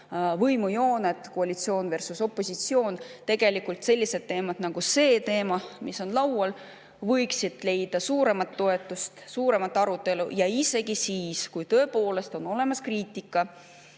võimujooned, koalitsioonversusopositsioon, tegelikult sellised teemad nagu see teema, mis on laual, võiksid leida suuremat toetust, suuremat arutelu. Isegi siis, kui tõepoolest on olemas ka kriitika